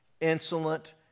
insolent